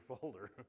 folder